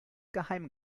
geheim